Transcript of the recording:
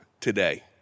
today